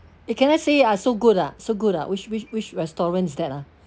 can I say ah so good ah so good ah which which which restaurant is that ah